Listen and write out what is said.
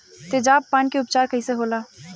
तेजाब पान के उपचार कईसे होला?